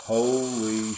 Holy